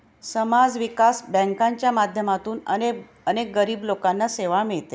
समाज विकास बँकांच्या माध्यमातून अनेक गरीब लोकांना सेवा मिळते